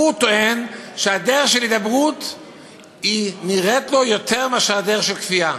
הוא טוען שדרך של הידברות נראית לו יותר מאשר דרך של כפייה.